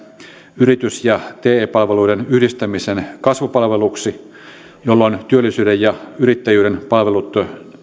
yritys ja te palveluiden yhdistämisen kasvupalveluiksi jolloin työllisyyden ja yrittäjyyden palvelut